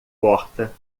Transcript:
porta